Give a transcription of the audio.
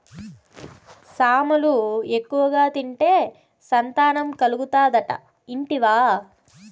సామలు ఎక్కువగా తింటే సంతానం కలుగుతాదట ఇంటివా